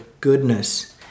goodness